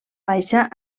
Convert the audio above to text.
baixa